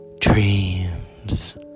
dreams